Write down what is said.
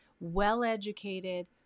well-educated